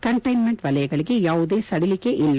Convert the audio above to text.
containment ವಲಯಗಳಿಗೆ ಯಾವುದೇ ಸಡಿಲಿಕೆ ಇಲ್ಲ